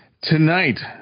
Tonight